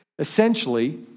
Essentially